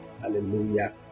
Hallelujah